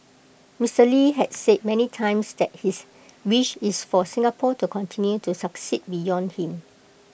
Mister lee had said many times that his wish is for Singapore to continue to succeed beyond him